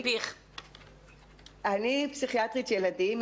אני פסיכיאטרית ילדים.